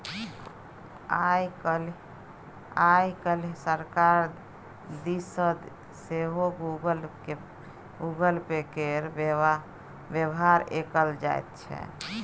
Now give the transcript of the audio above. आय काल्हि सरकार दिस सँ सेहो गूगल पे केर बेबहार कएल जाइत छै